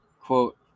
Quote